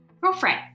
Girlfriend